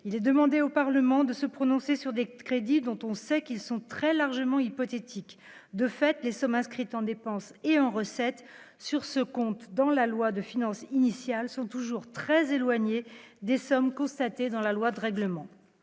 il est demandé au Parlement de se prononcer sur des crédits dont on sait qu'ils sont très largement hypothétique, de fait, les sommes inscrites en dépenses et en recettes sur ce compte dans la loi de finances initiale sont toujours très éloigné des sommes dans la loi de règlement,